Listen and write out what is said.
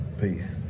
Peace